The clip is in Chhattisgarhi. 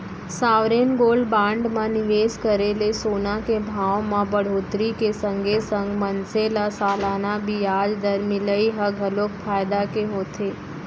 सॉवरेन गोल्ड बांड म निवेस करे ले सोना के भाव म बड़होत्तरी के संगे संग मनसे ल सलाना बियाज दर मिलई ह घलोक फायदा के होथे